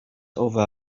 over